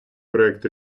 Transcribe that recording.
проект